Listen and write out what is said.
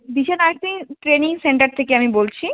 দিশা nursing training centre থেকে আমি বলছি